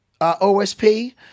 OSP